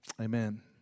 Amen